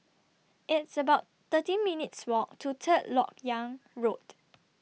It's about thirteen minutes' Walk to Third Lok Yang Road